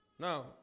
Now